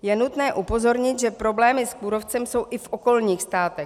Je nutné upozornit, že problémy s kůrovcem jsou i v okolních státech.